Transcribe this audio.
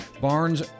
Barnes